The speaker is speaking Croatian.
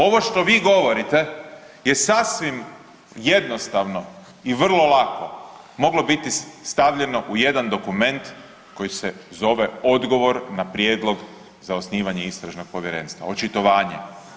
Ovo što vi govorite je sasvim jednostavno i vrlo lako moglo biti stavljeno u jedan dokument koji se zove odgovor na prijedlog za osnivanje Istražnog povjerenstva, očitovanje.